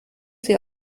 sie